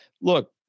look